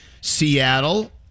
Seattle